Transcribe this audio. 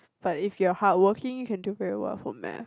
but if you are hardworking you can do very well for math